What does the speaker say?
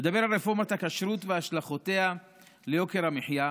לגבי רפורמת הכשרות והשלכותיה על יוקר המחיה,